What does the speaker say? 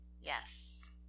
yes